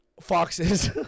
foxes